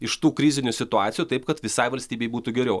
iš tų krizinių situacijų taip kad visai valstybei būtų geriau